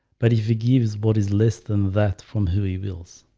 but if he gives what is less than that from her evils